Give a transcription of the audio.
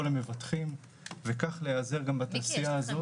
למבטחים וכך להיעזר גם בתעשייה הזאת.